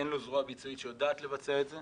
אין לו זרוע ביצועית שיודעת לבצע את זה